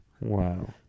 Wow